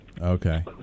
Okay